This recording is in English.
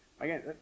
Again